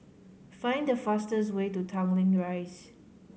find the fastest way to Tanglin Rise